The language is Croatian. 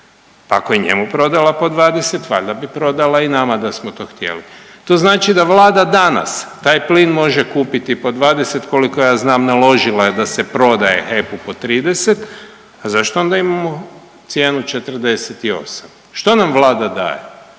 Pa ako je njemu prodala po 20 valjda bi prodala i nama da smo to htjeli. To znači da Vlada danas taj plin može kupiti po 20, koliko ja znam naložila je da se prodaje HEP-u po 30, a zašto onda imamo cijenu 48? Što nam Vlada daje?